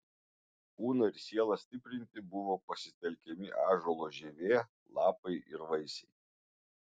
kūną ir sielą stiprinti buvo pasitelkiami ąžuolo žievė lapai ir vaisiai